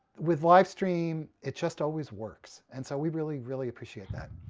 with livestream, it just always works, and so we really, really appreciate that.